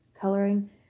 coloring